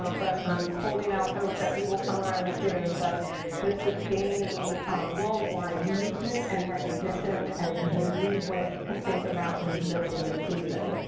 um but i'm holding out hope that we will come around soon, but this is gaining worldwide movement and recognition as the new way to think about disability inclusion.